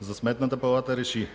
за Сметната палата РЕШИ: